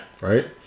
Right